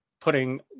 putting